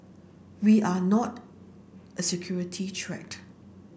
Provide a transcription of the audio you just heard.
we are not a security threat